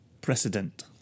Precedent